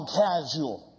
casual